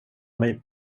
mig